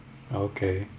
okay